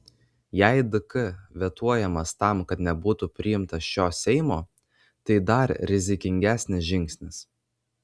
jei dk vetuojamas tam kad nebūtų priimtas šio seimo tai dar rizikingesnis žingsnis